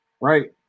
Right